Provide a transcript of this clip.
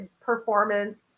performance